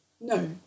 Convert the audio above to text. No